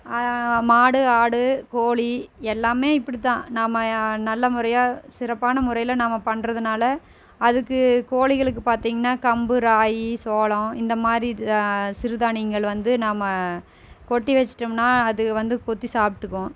மாடு ஆடு கோழி எல்லாம் இப்படிதான் நாம் நல்ல முறையாக சிறப்பான முறையில் நாம் பண்றதினால அதுக்கு கோழிகளுக்கு பார்த்தீங்கன்னா கம்பு ராகி சோளம் இந்த மாதிரி சிறுதானியங்கள் வந்து நாம் கொட்டி வச்சிட்டோம்னா அது வந்து கொத்தி சாப்பிட்டுக்கும்